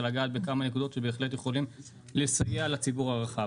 לגעת בכמה נקודות שבהחלט יכולות לסייע לציבור הרחב.